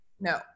No